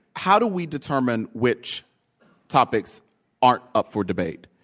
how do we determine which topics aren't up for debate?